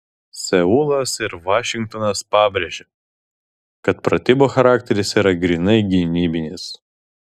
seulas ir vašingtonas pabrėžė kad pratybų charakteris yra grynai gynybinis